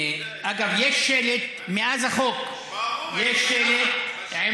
אגב, יש שלט מאז החוק, יש שלט, ברור.